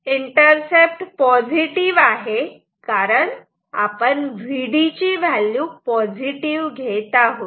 intercept positive आहे कारण आपण Vd ची व्हॅल्यू पॉझिटिव्ह घेत आहोत